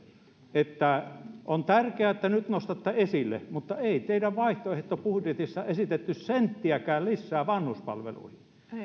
että on tärkeää että nyt nostatte ne esille mutta ei teidän vaihtoehtobudjetissanne esitetty senttiäkään lisää vanhuspalveluihin